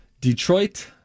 Detroit